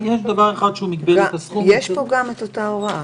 יש פה גם את אותה הוראה.